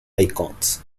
icons